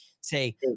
say